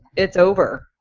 it's over.